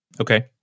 Okay